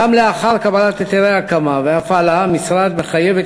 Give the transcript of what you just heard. גם לאחר קבלת היתרי ההקמה וההפעלה המשרד מחייב את